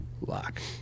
Lock